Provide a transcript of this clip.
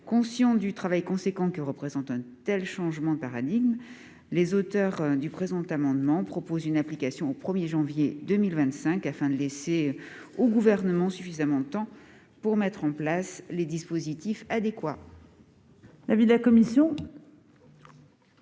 Conscients du travail important que représente un tel changement de paradigme, les auteurs du présent amendement proposent une application au 1 janvier 2025, afin de laisser au Gouvernement suffisamment de temps pour mettre en place les dispositifs adéquats. Quel est l'avis de la commission ?